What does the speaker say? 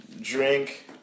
Drink